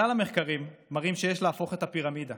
כלל המחקרים מראים שיש להפוך את הפירמידה